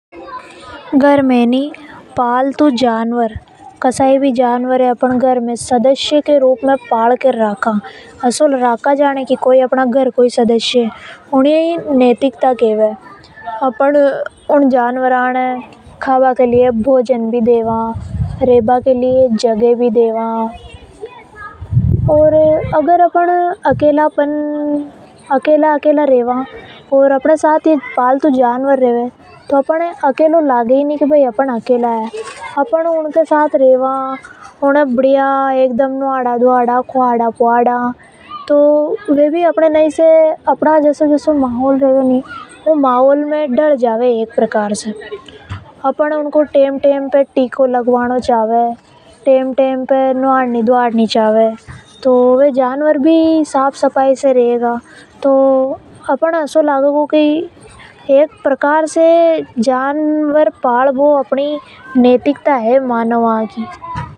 पालतू जानवर जीने अपन घर में सदस्य के रूप में रखा। ऊ जानवर न असो राका जाने की ऊ घर को ही सदस्य है ऊनी ये नैतिकता के वे। अपन उ जानवर ना ने रेबा के लिए जगह भी देवा खाने के लिए भोजन भी देवा। अगर अपन अकेला अकेला रेवा ओर अपने साथ में ये पालतू जानवर है तो अपन ये लगे ही नि की अपन अकेला है। अपन उन्हें नवाडा भी ओर अच्छे से रखा भी तो वे धीरे-धीरे अपने माहौल में डल जावे। एक प्रकार से जानवर पलबो अपनी नैतिकता है।